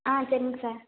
ஆ சரிங்க சார்